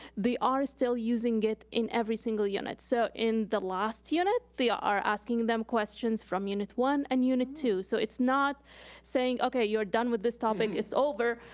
are still using it in every single unit. so in the last unit, they are asking them questions from unit one and unit two. so it's not saying, okay, you're done with this topic, it's over,